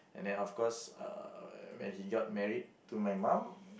and then of course uh when he got married to my mum